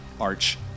arch